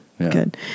Good